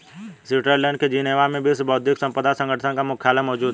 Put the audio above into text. Switzerland के Geneva में विश्व बौद्धिक संपदा संगठन का मुख्यालय मौजूद है